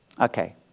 Okay